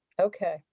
Okay